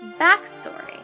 backstory